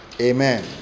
Amen